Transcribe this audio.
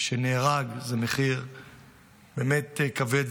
שנהרג לצערנו זה מחיר באמת כבד,